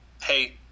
hey